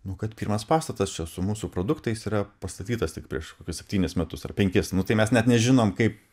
nu kad pirmas pastatas čia su mūsų produktais yra pastatytas tik prieš kokius septynis metus ar penkis nu tai mes net nežinom kaip